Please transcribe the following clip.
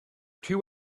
two